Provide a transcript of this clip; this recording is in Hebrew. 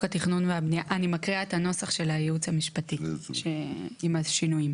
אני מקריאה את הנוסח של הייעוץ המשפטי עם השינויים,